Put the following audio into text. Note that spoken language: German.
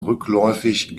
rückläufig